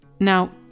Now